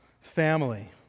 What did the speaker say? family